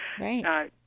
Right